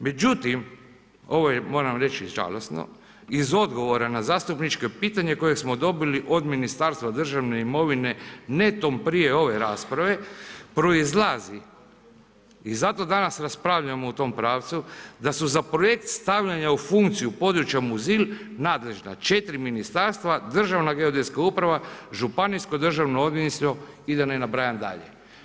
Međutim, ovo je moram reći, žalosno iz odgovora na zastupničko pitanje, koje smo dobili od Ministarstva državne imovine, netom prije ove rasprave, proizlazi i zato danas, raspravljamo u tom pravcu, da su za projekt stavljanja u funkciju područja Muzil, nadležna 4 ministarstva, Državna geodetska uprava, Županijsko državno odvjetništvo i da ne nabrajam dalje.